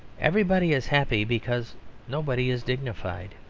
everybody is happy because nobody is dignified.